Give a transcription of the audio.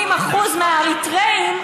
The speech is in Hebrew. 80% מהאריתריאים,